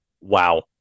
Wow